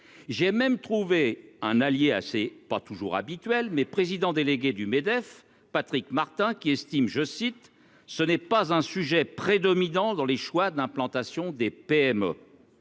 j'ai même trouvé un allié assez pas toujours habituelles mais président délégué du MEDEF Patrick Martin, qui estime, je cite : ce n'est pas un sujet prédominant dans les choix d'implantation des PME,